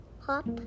hop